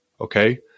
Okay